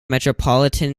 metropolitan